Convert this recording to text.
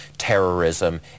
terrorism